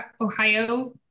Ohio